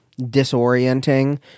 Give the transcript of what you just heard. disorienting